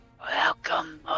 Welcome